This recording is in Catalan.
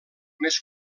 més